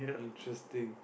interesting